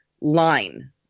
line